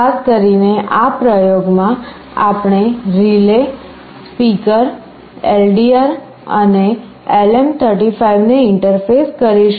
ખાસ કરીને આ પ્રયોગમાં આપણે રિલે સ્પીકર LDR અને LM35 ને ઇન્ટરફેસ કરીશું